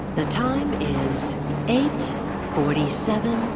the time is eight forty seven